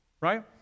right